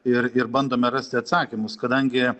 ir ir bandome rasti atsakymus kadangi